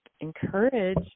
encourage